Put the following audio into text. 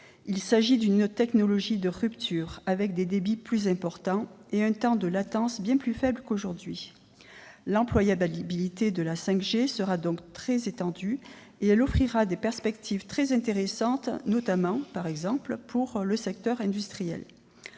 technologie, une technologie de rupture, avec des débits plus importants et un temps de latence bien plus faible qu'aujourd'hui. L'employabilité de la 5G sera donc très étendue et offrira des perspectives très intéressantes, par exemple pour le secteur industriel.